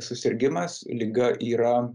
susirgimas liga yra